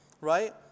right